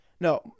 No